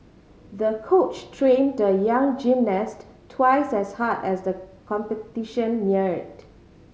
the coach trained the young gymnast twice as hard as the competition neared